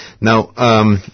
Now